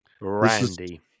Randy